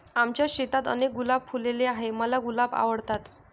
आमच्या शेतात अनेक गुलाब फुलले आहे, मला गुलाब आवडतात